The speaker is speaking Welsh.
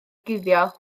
guddio